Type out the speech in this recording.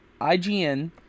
IGN